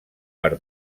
per